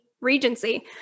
Regency